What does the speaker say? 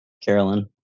Carolyn